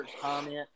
comment